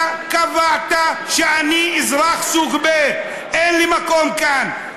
אתה קבעת שאני אזרח סוג ב', אין לי מקום כאן.